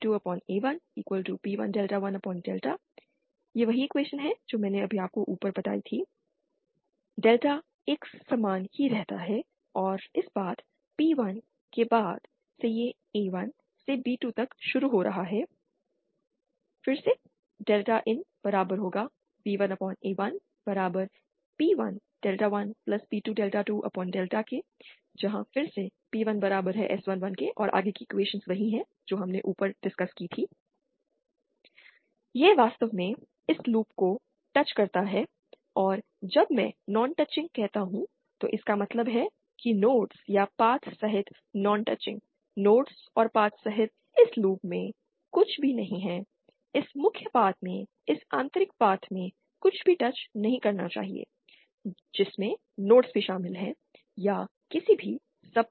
T21b2a1P1∆1∆ P1S21 ∆1 S22L ∆11 T21b2a1S211 S22L delta एक समान ही रहता है और इस पाथ P1 के बाद से यह A1 से B2 तक शुरू हो रहा है inb1a1P1∆1P2∆2∆ P1S11 P2S21LS12 ∆1 S22L ∆11 S22L ∆21 inS11S12LS211 S22L यह वास्तव में इस लूप को टच करता है और जब मैं नॉन टचिंग कहता हूं तो इसका मतलब है कि नोड्स या पाथ सहित नॉन टचिंग नोड्स और पाथ सहित इस लूप में कुछ भी नहीं है इस मुख्य पाथ में इस आंतरिक पाथ में कुछ भी टच नहीं करना चाहिए जिसमें नोड्स भी शामिल हैं या किसी भी सब पाथ